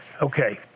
okay